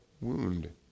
wound